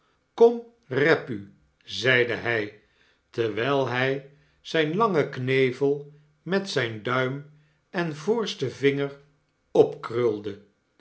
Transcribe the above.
kom rep u zeide hy terwyl hy zijn langen knevel met zyn duim en voorsten vinger opkrulde